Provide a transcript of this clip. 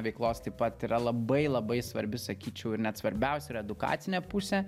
veiklos taip pat yra labai labai svarbi sakyčiau ir net svarbiausia yra edukacinė pusė